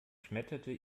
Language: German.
schmetterte